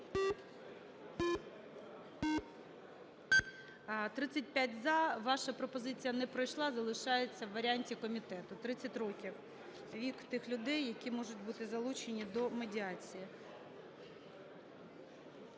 За-35 Ваша пропозиція не пройшла. Залишається в варіанті комітету: 30 років – вік тих людей, які можуть бути залучені до медіації.